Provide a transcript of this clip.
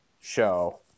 show